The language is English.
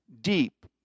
deep